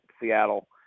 Seattle